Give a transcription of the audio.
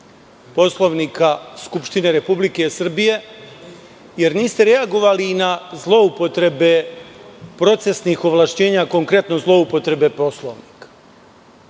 Poslovnika Skupštine Republike Srbije, jer niste reagovali na zloupotrebe procesnih ovlašćenja, konkretno zloupotrebe Poslovnika.